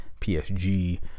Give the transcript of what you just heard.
PSG